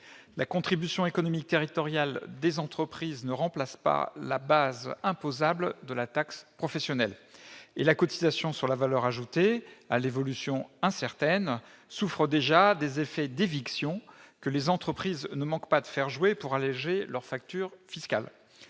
La contribution économique territoriale des entreprises ne remplace pas la base imposable de la taxe professionnelle. Quant à la cotisation sur la valeur ajoutée des entreprises, à l'évolution incertaine, elle souffre déjà des effets d'éviction que les entreprises ne manquent pas de faire jouer pour alléger leur facture fiscale.